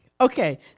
Okay